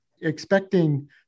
expecting